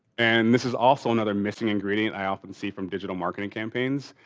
and this is also another missing ingredient i often see from digital marketing campaigns,